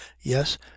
yes